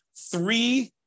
three